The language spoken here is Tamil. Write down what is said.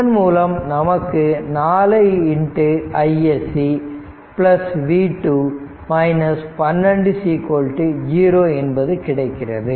இதன்மூலம் நமக்கு 4iSC v 2 12 0 என்பது கிடைக்கிறது